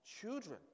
children